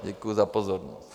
Děkuji za pozornost.